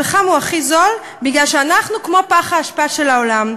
הפחם הכי זול כי אנחנו כמו פח האשפה של העולם,